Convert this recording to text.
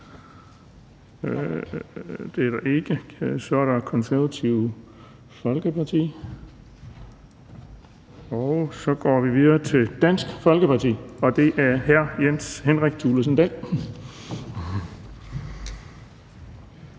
Der er heller ikke nogen fra Det Konservative Folkeparti. Så går vi videre til Dansk Folkeparti, og det er hr. Jens Henrik Thulesen Dahl.